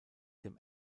dem